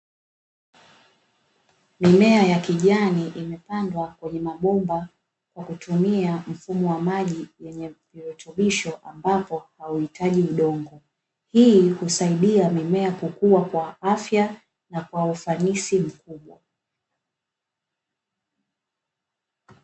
Mimea ya kijani imepandwa kwenye mabomba kwa kutumia mfumo wenye virutubisho ambavyo hauitaji udongo, hii usaidia mimea kukua kwa afya na kwa ufanisi mkubwa.